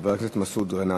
חבר הכנסת מסעוד גנאים.